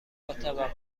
متوقف